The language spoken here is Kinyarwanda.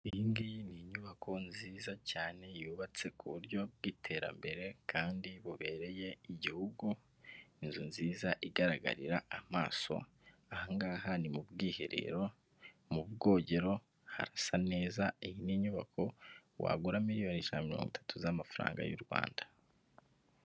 Iyingiyi ni inyubako nziza cyane yubatse ku buryo bw'iterambere kandi bubereye igihugu, inzu nziza igaragarira amaso, ahangaha ni mu bwiherero, mu bwogero harasa neza, iyi ni inyubako wagura miliyoni mirongo ijana ma mirongo itatu z'amafaranga y'u Rwanda.